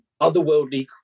otherworldly